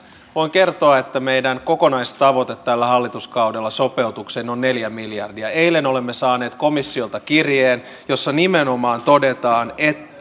voin kertoa että meidän kokonaistavoitteemme tällä hallituskaudella sopeutukseen on neljä miljardia eilen olemme saneet komissiolta kirjeen jossa nimenomaan todetaan että